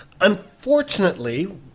Unfortunately